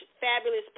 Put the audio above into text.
fabulous